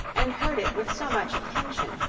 and heard it with so much attention,